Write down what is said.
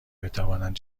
بتوانند